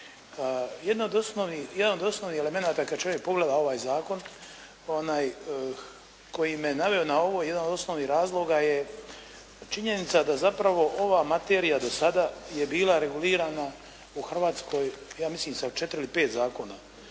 jedan od osnovnih elemenata kad čovjek pogleda ovaj zakon, onaj koji me naveo na ovo, jedan od osnovnih razloga je činjenica da zapravo ova materija do sada je bila regulirana u Hrvatskoj ja mislim sa 4 ili 5 zakona.